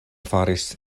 faris